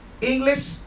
English